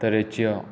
तरेच्यो